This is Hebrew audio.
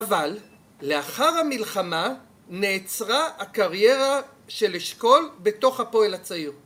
אבל, לאחר המלחמה נעצרה הקריירה של אשכול בתוך הפועל הצעיר.